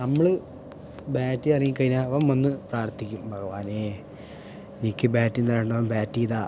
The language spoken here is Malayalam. നമ്മള് ബാറ്റ് ചെയ്യാൻ ഇറങ്ങിക്കഴിഞ്ഞാൽ അവൻ വന്നു പ്രാർത്ഥിക്കും ഭഗവാനേ എനിക്ക് ബാറ്റിംഗ് തരാണ്ടവൻ ബാറ്റ് ചെയ്താൽ